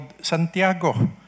Santiago